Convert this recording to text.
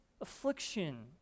affliction